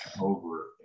over